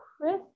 Chris